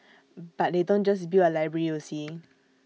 but they don't just build A library you see